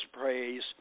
praise